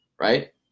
right